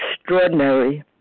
extraordinary